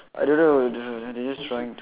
I don't know d~ they just trying to